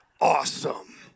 awesome